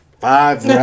five